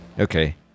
Okay